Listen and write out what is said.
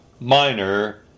minor